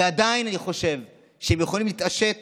ועדיין אני חושב שהם יכולים להתעשת